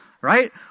right